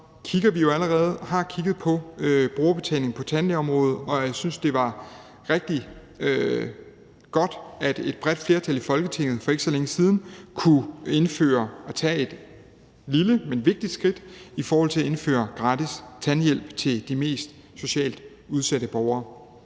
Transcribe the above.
og har kigget på brugerbetaling på tandlægeområdet, og jeg synes, det var rigtig godt, at et bredt flertal i Folketinget for ikke så længe siden kunne indføre at tage et lille, men vigtigt skridt i forhold til at indføre gratis tandhjælp til de socialt set mest udsatte borgere.